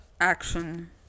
action